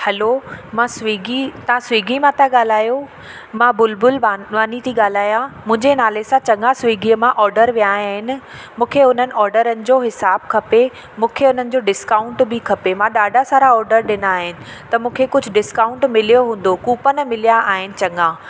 hello मां स्विगी तव्हां स्विगी मां था ॻाल्हायो मां बुलबुल वानवानी थी ॻाल्हायां मुंहिंजे नाले सां चङा स्विगीअ मां ऑडर विया आहिनि मूंखे हुननि ऑडरनि जो हिसाब खपे मूंखे हुननि जो डिस्काउंट बि खपे मां ॾाढा सारा ऑडर ॾिना आहिनि त मूंखे कुझु डिस्काउंट मिलियो हूंदो कूपन मिलिया आहिनि चङा